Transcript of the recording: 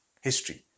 History